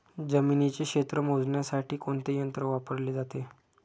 जमिनीचे क्षेत्र मोजण्यासाठी कोणते यंत्र वापरले जाते?